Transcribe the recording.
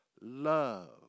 love